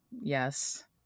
yes